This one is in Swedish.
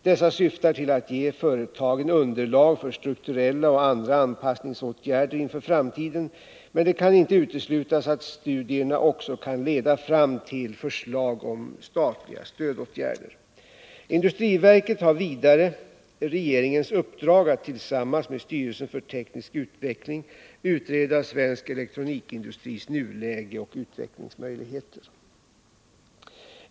Dessa syftar till att ge företagen underlag för strukturella och andra anpassningsåtgärder inför framtiden, men det kan inte uteslutas att studierna också kan leda fram till förslag om statliga stödåtgärder. Industriverket har vidare regeringens uppdrag att tillsammans med styrelsen för teknisk utveckling utreda svensk elektronikindustris nuläge och utvecklingsmöjligheter.